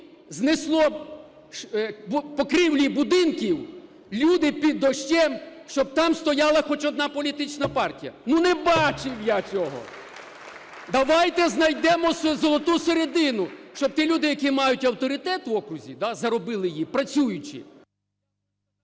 знесло покрівлі будинків, люди під дощем, - щоб там стояла хоч одна політична партія! Ну не бачив я цього! Давайте знайдемо золоту середину. Щоб ті люди, які мають авторитет в окрузі, да, заробили його працюючи…